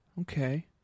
Okay